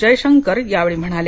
जयशंकर यावेळी म्हणाले